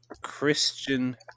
Christian